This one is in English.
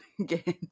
again